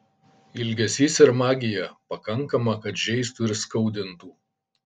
ilgesys ir magija pakankama kad žeistų ir skaudintų